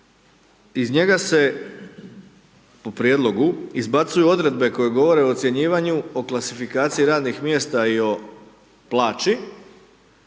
iz njega se, po prijedlogu, izbacuju odredbe koje govore o ocjenjivanju, o klasifikaciji radnih mjesta i o plaći,